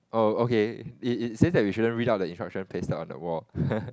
oh okay it it say that we shouldn't read out the instruction pasted on the wall